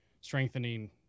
strengthening